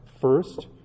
First